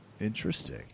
Interesting